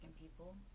people